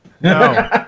No